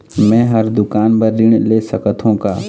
मैं हर दुकान बर ऋण ले सकथों का?